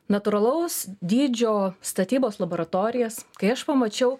natūralaus dydžio statybos laboratorijas kai aš pamačiau